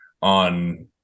on